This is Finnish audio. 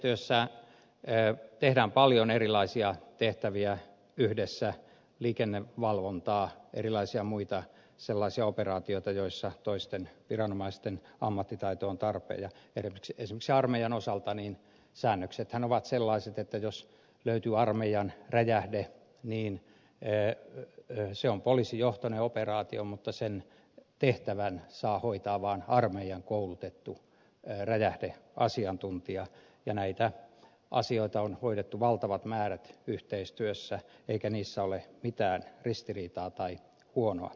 ptr yhteistyössä tehdään paljon erilaisia tehtäviä yhdessä liikennevalvontaa erilaisia muita sellaisia operaatioita joissa toisten viranomaisten ammattitaito on tarpeen ja esimerkiksi armeijan osalta säännöksethän ovat sellaiset että jos löytyy armeijan räjähde niin se on poliisijohtoinen operaatio mutta sen tehtävän saa hoitaa vain armeijan koulutettu räjähdeasiantuntija ja näitä asioita on hoidettu valtavat määrät yhteistyössä eikä niissä ole mitään ristiriitaa tai huonoa